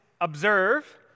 observe